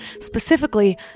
Specifically